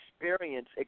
experience